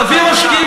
נביא משקיעים,